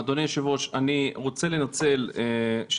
אדוני היושב ראש, אני רוצה לנצל את זה.